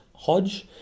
hodge